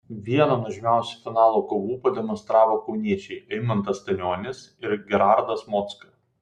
vieną nuožmiausių finalo kovų pademonstravo kauniečiai eimantas stanionis ir gerardas mocka